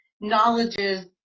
knowledges